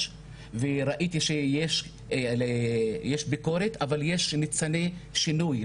וראיתי שיש ביקורת אבל יש ניצני שינוי,